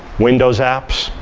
windows apps,